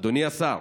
אדוני השר,